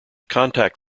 contact